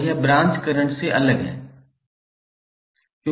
और यह branch current से अलग है